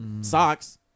socks